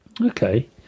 Okay